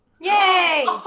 Yay